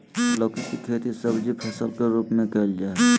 लौकी के खेती सब्जी फसल के रूप में कइल जाय हइ